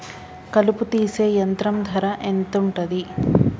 కలుపు తీసే యంత్రం ధర ఎంతుటది?